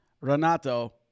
Renato